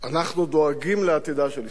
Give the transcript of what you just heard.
אנחנו דואגים לעתידה של ישראל.